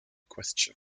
question